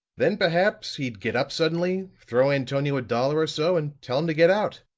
then, perhaps, he'd get up suddenly, throw antonio a dollar or so and tell him to get out.